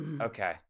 Okay